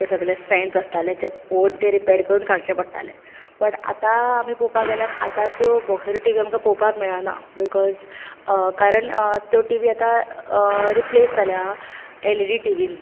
ते सगले फॅनस आसताले ते पळोवन ते रिपेर करुन काडचे पडटालें बट आता आमी पळोवपाक गेल्यार आता त्यो बोक्साची टीवी आमकां पळोवपाक मेळना बिकॉज कारण त्यो टीवी आता रिप्लेस जाल्या एलइडी टीवीन